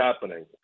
happening